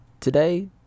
today